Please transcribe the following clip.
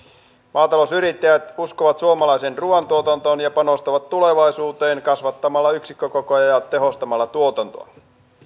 maatalousyrittäjät uskovat suomalaiseen ruuantuotantoon ja panostavat tulevaisuuteen kasvattamalla yksikkökokoja ja tehostamalla tuotantoa